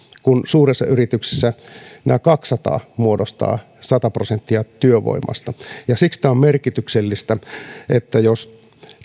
kun suuressa yrityksessä nämä kaksisataa muodostavat sata prosenttia työvoimasta ja siksi tämä on merkityksellistä että jos